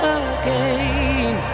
again